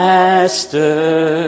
Master